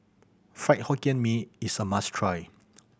Fried Hokkien Mee is a must try